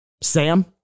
sam